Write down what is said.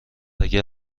اگر